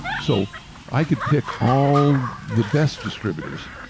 so i could pick all the best distributors.